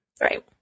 Right